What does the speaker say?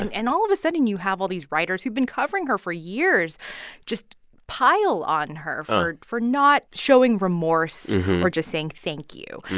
and and all of a sudden, you have all these writers who've been covering her for years just pile on her for not showing remorse or just saying thank you.